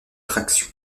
traction